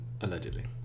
allegedly